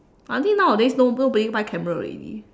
I think nowadays no~ nobody buy camera already